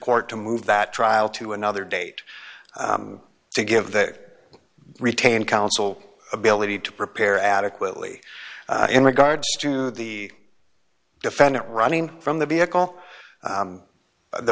court to move that trial to another date to give that retained counsel ability to prepare adequately in regards to the defendant running from the vehicle